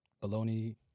bologna